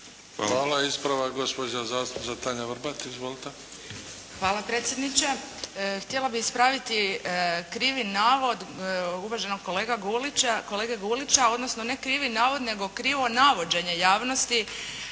Hvala. Ispravak gospođa zastupnica Tanja Vrbat. Izvolite. **Vrbat Grgić, Tanja (SDP)** Hvala, predsjedniče. Htjela bih ispraviti krivi navod uvaženog kolege Gulića, odnosno ne krivi navod nego krivo navođenje javnosti